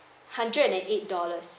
hundred and eight dollars